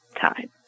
time